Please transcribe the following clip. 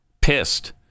pissed